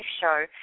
show